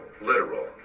literal